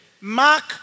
mark